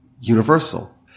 universal